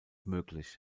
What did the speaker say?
möglich